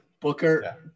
Booker